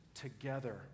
together